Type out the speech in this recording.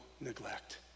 neglect